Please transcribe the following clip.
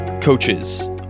Coaches